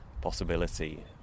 possibility